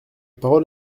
parole